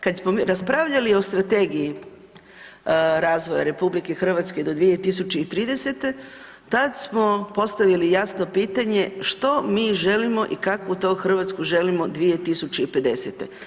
Kad smo raspravljali o strategiji razvoja RH do 2030. tad smo postavili jasno pitanje što mi želimo i kakvu to Hrvatsku želimo 2050.